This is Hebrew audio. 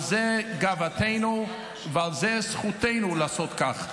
על זה גאוותנו וזו זכותנו לעשות כך.